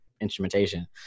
instrumentation